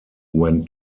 when